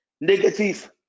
negative